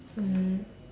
mm